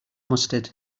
mustard